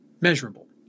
measurable